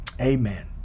Amen